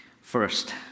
first